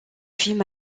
film